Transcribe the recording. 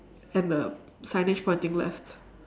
and the signage pointing left